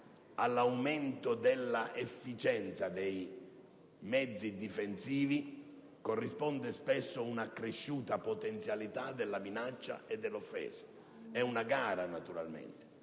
all'aumento dell'efficienza dei mezzi difensivi corrisponde spesso un'accresciuta potenzialità della minaccia e dell'offesa: è una gara. Chi, come